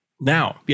Now